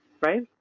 Right